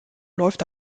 läuft